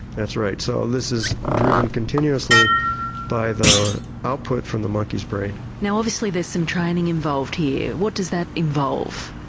that's right, so this is driven continuously by the output from the monkey's brain. now obviously there's some training involved here what does that involve?